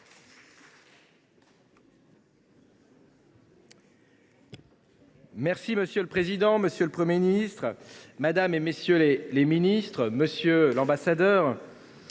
Monsieur le président, monsieur le Premier ministre, mesdames, messieurs les ministres, monsieur l’ambassadeur,